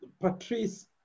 Patrice